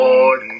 Lord